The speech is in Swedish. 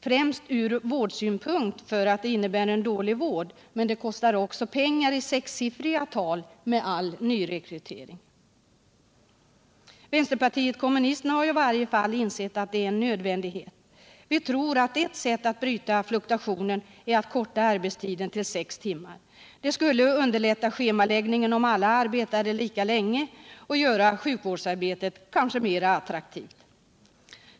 Främst är det angeläget ur vårdsynpunkt, därför att den innebär en dålig vård, men det kostar också pengar i sexsiffriga tal med all nyrekrytering. Vänsterpartiet kommunisterna har i varje fall insett att det är en nödvändighet. Vi tror att ett sätt att bryta fluktuationen är att minska arbetstiden till sex timmar om dagen. Det skulle underlätta schemaläggningen om alla arbetade lika länge och kanske göra sjukvårdsarbetet mera attraktivt.